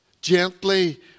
gently